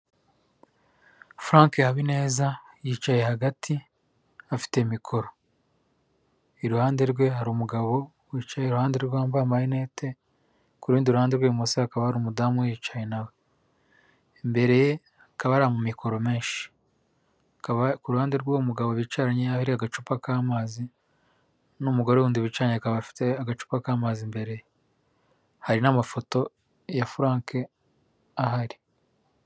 Frank Habineza yicaye hagati, afite mikoro. Iruhande rwe hari umugabo wicaye iruhande rwe wambaye amarinete, ku rundi ruhande rw'ibumoso hakaba hari umudamu uhicaye na we. Imbere ye hakaba hari amamikoro menshi. Hakaba ku ruhande rw'uwo mugabo bicaranye hariho agacupa k'amazi n'umugore wundi bicaranye akaba afite agacupa k'amazi imbere ye. Hari n'amafoto ya Frank ahari.